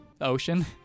ocean